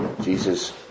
Jesus